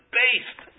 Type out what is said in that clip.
based